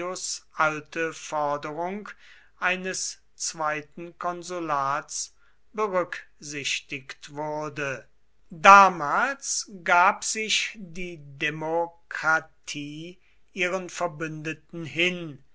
alte forderung eines zweiten konsulats berücksichtigt wurde damals gab sich die demokratie ihren verbündeten hin